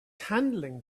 handling